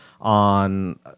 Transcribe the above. on